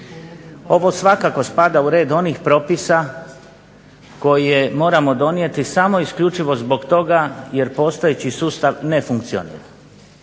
Ovo svakako spada u red onih propisa koje moramo donijeti samo isključivo zbog toga jer postojeći sustav ne funkcionira,